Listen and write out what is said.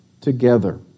together